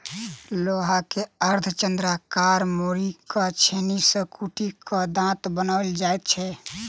लोहा के अर्धचन्द्राकार मोड़ि क छेनी सॅ कुटि क दाँत बनाओल जाइत छै